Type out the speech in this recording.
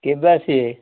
କେବେ ଆସିବେ